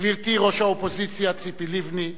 גברתי ראש האופוזיציה ציפי לבני,